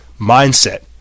mindset